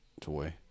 toy